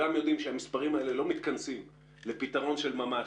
שהמספרים האלה לא מתכנסים לפתרון של ממש,